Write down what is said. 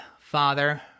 father